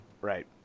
Right